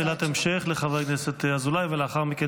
שאלת המשך לחבר הכנסת אזולאי ולאחר מכן